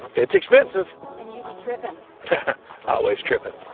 it's expensive and you be trippin' always tripping.